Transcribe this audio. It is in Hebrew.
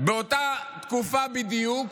באותה תקופה בדיוק,